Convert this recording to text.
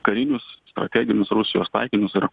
karinius strateginius rusijos taikinius ir